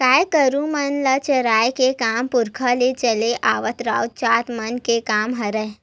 गाय गरु मन ल चराए के काम पुरखा ले चले आवत राउत जात मन के काम हरय